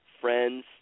friends